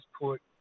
put